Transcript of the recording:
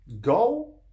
go